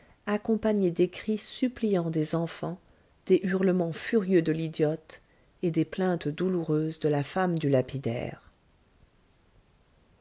accompagnée des cris suppliants des enfants des hurlements furieux de l'idiote et des plaintes douloureuses de la femme du lapidaire